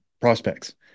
prospects